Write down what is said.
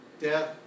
death